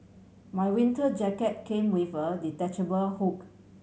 my winter jacket came with a detachable hook